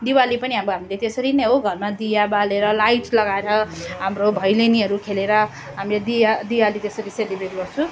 दिवाली पनि अब हामीले त्यसरी नै हो घरमा दीया बालेर लाइट लगाएर हाम्रो भैलेनीहरू खेलेर हामीले दीया दिवाली त्यसरी सेलिब्रेट गर्छौँ